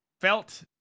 Felt